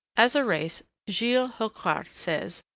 as a race, giles hocquart says,